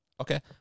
Okay